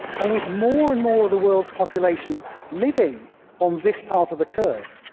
and with more and more of the world's population living on this part of the curve,